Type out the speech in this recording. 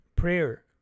prayer